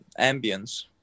ambience